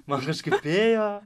man kažkaip ėjo